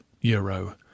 euro